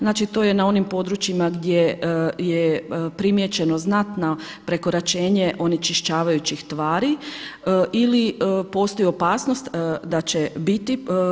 Znači to je na onim područjima gdje je primijećeno znatno prekoračenje onečišćavajućih tvari ili postoji opasnost da će biti.